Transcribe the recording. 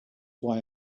why